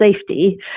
safety